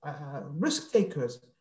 risk-takers